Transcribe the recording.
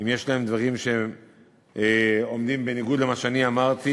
אם יש להם דברים שעומדים בניגוד למה שאני אמרתי,